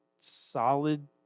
solid